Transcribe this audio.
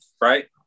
Right